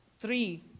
three